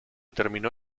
terminó